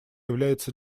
является